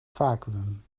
vacuüm